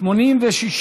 כהצעת הוועדה, התקבל.